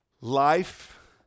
Life